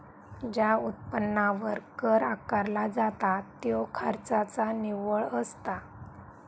ज्या उत्पन्नावर कर आकारला जाता त्यो खर्चाचा निव्वळ असता